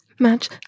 Match